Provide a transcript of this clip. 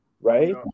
Right